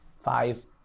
five